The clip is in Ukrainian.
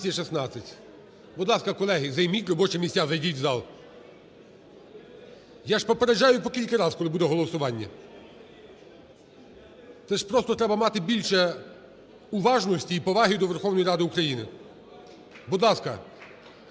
За-216 Будь ласка, колеги, займіть робочі місця, зайдіть в зал. Я ж попереджаю по кілька раз, коли буде голосування, це ж просто треба мати більше уважності і поваги до Верховної Ради України. Будь ласка,